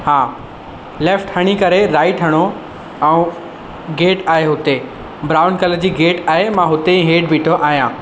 हा लेफ्ट हणी करे राइट हणो ऐं गेट आहे हुते ब्राउन कलर जी गेट आहे मां हुते ई हेठि बीठो आहियां